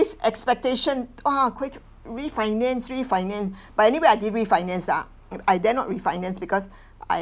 this expectation ah quick refinance refinance but anyway I didn't refinance ah I dare not refinance because I